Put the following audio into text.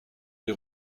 des